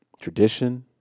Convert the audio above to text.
tradition